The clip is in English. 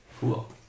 Cool